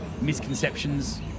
misconceptions